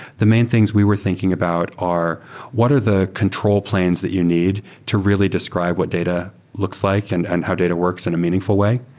the main things we were thinking about are what are the control planes that you need to really describe what data looks like and and how data works in a meaningful way?